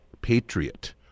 Patriot